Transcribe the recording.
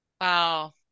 Wow